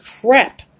crap